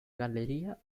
galleria